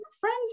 friends